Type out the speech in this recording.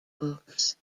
books